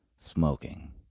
Smoking